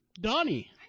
Donnie